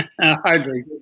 Hardly